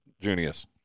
Junius